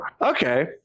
Okay